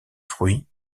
fruits